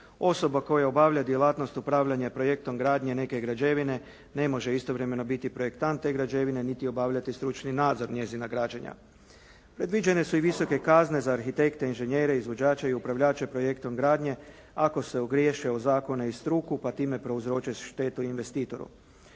Osoba koja obavlja djelatnost upravljanja projektom gradnje neke građevine ne može istovremeno biti projektant te građevine niti obavljati stručni nadzor njezina građenja. Predviđene su i visoke kazne za arhitekte, inženjere, izvođače i upravljače projektom gradnje ako se ogriješe o zakona i struku pa time prouzroče štetu investitoru.